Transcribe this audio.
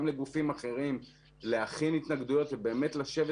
גם לגופים אחרים להכין התנגדויות ובאמת לשבת